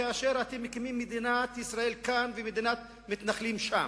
כאשר אתם מקימים מדינת ישראל כאן ומדינת מתנחלים שם?